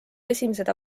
esimesed